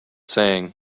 saying